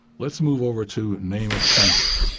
let's move over to name of plaintiff.